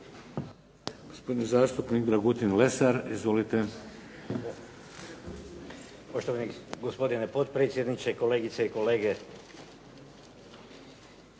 gospodine potpredsjedniče. Kolegice i kolege.